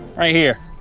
right here,